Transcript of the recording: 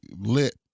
lit